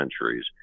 centuries